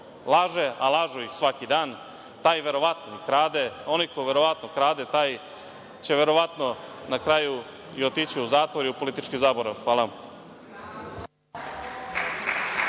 laže, a lažu ih svaki dan, taj verovatno krade, onaj ko verovatno krade taj će verovatno na kraju i otići u zatvor i u politički zaborav. Hvala vam.